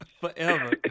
Forever